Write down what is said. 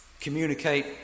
communicate